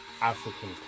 African